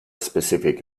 specific